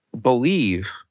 believe